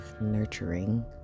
nurturing